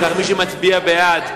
מי שמצביע בעד,